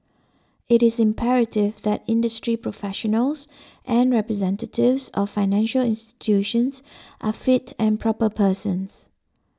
it is imperative that industry professionals and representatives of financial institutions are fit and proper persons